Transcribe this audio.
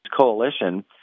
coalition